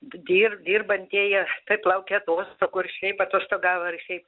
dir dirbantieji laukia atos kur šiaip atostogavo ir šiaip